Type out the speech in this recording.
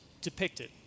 Depicted